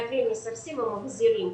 מעקרים מסרסים ומחזירים.